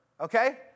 okay